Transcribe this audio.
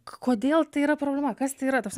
k kodėl tai yra problema kas tai yra ta prasme